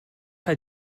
how